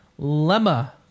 Lemma